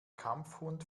kampfhund